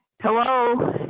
Hello